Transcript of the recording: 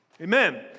Amen